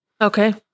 Okay